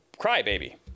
crybaby